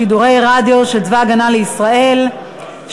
שידורי רדיו של צבא הגנה לישראל (שידורי